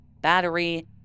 battery